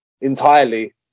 entirely